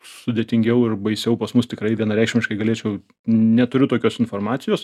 sudėtingiau ir baisiau pas mus tikrai vienareikšmiškai galėčiau neturiu tokios informacijos